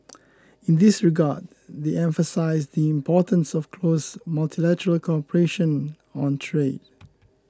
in this regard they emphasised the importance of close multilateral cooperation on trade